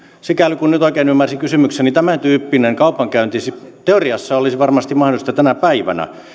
sikäli kuin nyt oikein ymmärsin kysymyksen tämäntyyppinen kaupankäynti teoriassa olisi varmasti mahdollista tänä päivänä